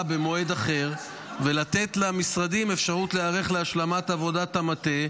במועד אחר ולתת למשרדים אפשרות להיערך להשלמת עבודת המטה,